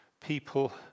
people